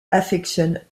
affectionne